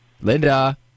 Linda